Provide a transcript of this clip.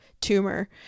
tumor